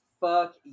fuck